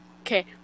okay